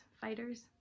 fighters